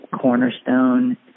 cornerstone